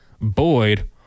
Boyd